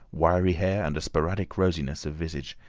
wiry hair, and a sporadic rosiness of visage.